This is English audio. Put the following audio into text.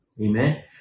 Amen